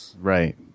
Right